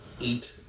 Eat